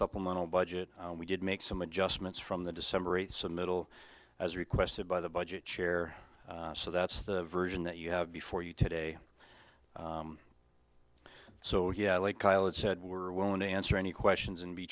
supplemental budget we did make some adjustments from the december eighth so middle as requested by the budget chair so that's the version that you have before you today so yeah like khaled said we're willing to answer any questions and be